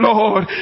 Lord